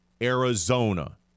Arizona